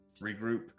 regroup